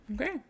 Okay